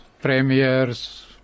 premiers